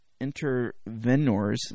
intervenors